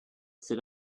sit